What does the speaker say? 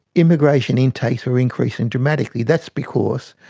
immigration intakes were increasing dramatically. that's because,